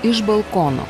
iš balkono